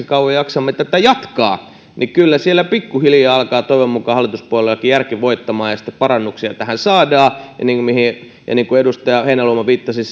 kauan jaksamme tätä jatkaa niin kyllä siellä pikkuhiljaa alkaa toivon mukaan hallituspuolueillakin järki voittamaan ja sitten parannuksia tähän saadaan ja kun edustaja heinäluoma viittasi